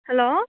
hello